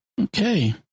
Okay